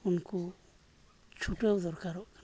ᱩᱱᱠᱩ ᱪᱷᱩᱴᱟᱹᱣ ᱫᱚᱨᱠᱟᱨᱚᱜ